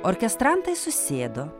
orkestrantai susėdo